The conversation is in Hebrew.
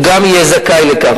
גם הוא יהיה זכאי לכך.